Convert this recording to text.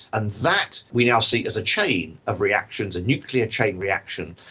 and that we now see as a chain of reactions, a nuclear chain reaction.